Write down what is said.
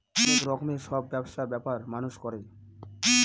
অনেক রকমের সব ব্যবসা ব্যাপার মানুষ করে